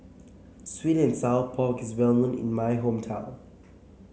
sweet and Sour Pork is well known in my hometown